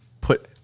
put